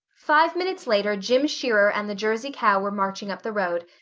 five minutes later jim shearer and the jersey cow were marching up the road,